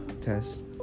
test